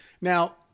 Now